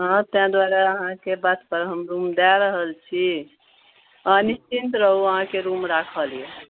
हँ तेॅं दुआरे अहाँके बातपर हम रूम दऽ रहल छी अहाँ निश्चिन्त रहू अहाँके रूम राखल यै